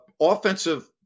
offensive